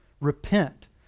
Repent